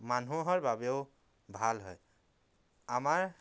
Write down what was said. মানুহৰ বাবেও ভাল হয় আমাৰ